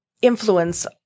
Influence